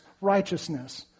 righteousness